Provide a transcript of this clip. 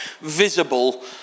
visible